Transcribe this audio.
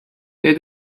they